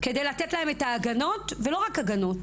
כדי לתת להן את ולא רק הגנות.